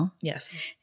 Yes